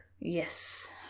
yes